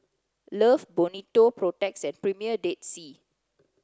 love Bonito Protex and Premier Dead Sea